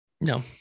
No